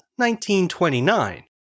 1929